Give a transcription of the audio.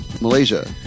Malaysia